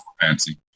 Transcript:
fancy